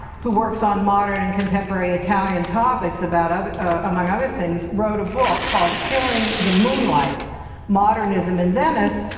who works on modern and contemporary italian topics about ah among other things, wrote a book called, killing the moonlight modernism in venice,